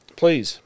please